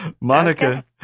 Monica